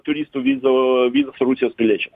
turistų vizų vizas rusijos piliečiam